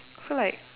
so like